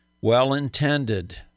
Well-intended